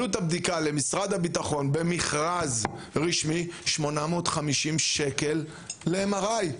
עלות הבדיקה למשרד הביטחון במכרז רשמי: 850 שקלים ל-MRI.